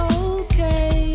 okay